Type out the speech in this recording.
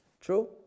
True